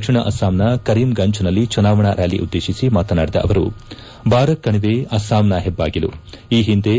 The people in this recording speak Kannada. ದಕ್ಷಿಣ ಅಸ್ಲಾಂನ ಕರೀಮ್ಗಂಜ್ನಲ್ಲಿ ಚುನಾವಣಾ ರ್್ಯಾಲಿ ಉದ್ದೇಶಿಸಿ ಮಾತನಾಡಿದ ಅವರು ಬಾರಕ್ ಕಣಿವೆ ಅಸ್ಸಾಂನ ಹೆಬ್ಬಾಗಿಲು ಈ ಹಿಂದೆ